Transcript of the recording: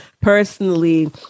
personally